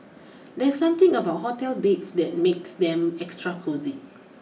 there's something about hotel beds that makes them extra cosy